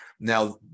Now